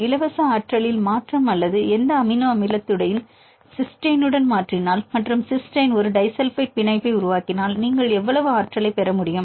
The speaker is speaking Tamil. இலவச ஆற்றலில் மாற்றம் அல்லது எந்த அமினோ அமிலத்தையும் சிஸ்டைனுடன் மாற்றினால் மற்றும் சிஸ்டைன் ஒரு டிஸல்பைட் பிணைப்பை உருவாக்கினால் நீங்கள் எவ்வளவு ஆற்றலைப் பெற முடியும்